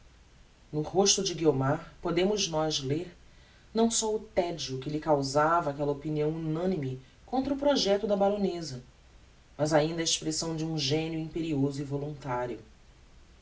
no rosto de guiomar podemos nós ler não só o tedio que lhe causava aquella opinião unanime contra o projecto da baroneza mas ainda a expressão de um genio imperioso e voluntario